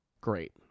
Great